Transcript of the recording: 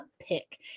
Pick